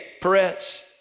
Perez